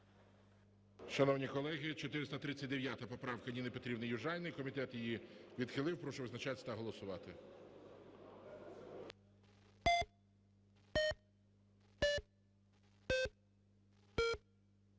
Шановні колеги, 439 поправка Ніни Петрівни Южаніної, комітет її відхилив, прошу визначатись та голосувати.